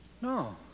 No